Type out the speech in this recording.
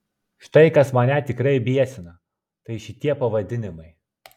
štai kas mane tikrai biesina tai šitie pavadinimai